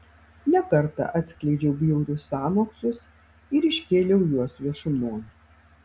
ne kartą atskleidžiau bjaurius sąmokslus ir iškėliau juos viešumon